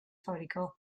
fabricados